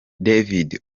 david